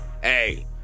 hey